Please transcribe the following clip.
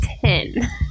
Ten